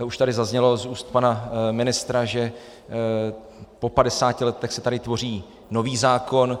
Už tady zaznělo z úst pana ministra, že po 50 letech se tady tvoří nový zákon.